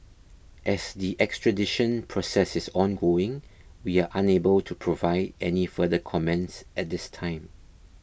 as the extradition process is ongoing we are unable to provide any further comments at this time